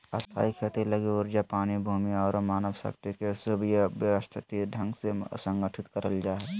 स्थायी खेती लगी ऊर्जा, पानी, भूमि आरो मानव शक्ति के सुव्यवस्थित ढंग से संगठित करल जा हय